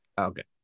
Okay